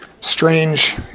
strange